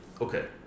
Okay